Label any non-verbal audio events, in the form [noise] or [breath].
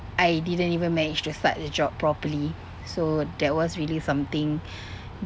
I didn't even manage to start the job properly so that was really something [breath]